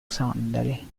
sandali